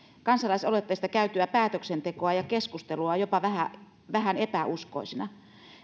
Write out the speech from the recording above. kansalaisaloitteesta käytyä päätöksentekoa ja keskustelua jopa vähän vähän epäuskoisina